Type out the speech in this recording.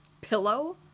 pillow